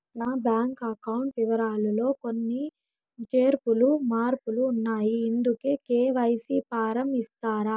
నా bank account వివరాలు లో కొన్ని చేర్పులు మార్పులు ఉన్నాయి, ఇందుకు కె.వై.సి ఫారం ఇస్తారా?